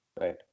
Right